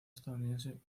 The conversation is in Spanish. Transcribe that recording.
estadounidense